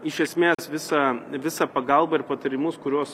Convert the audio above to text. iš esmės visą visą pagalbą ir patarimus kuriuos